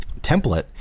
template